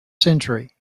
century